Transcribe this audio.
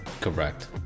correct